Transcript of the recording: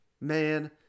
man